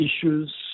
issues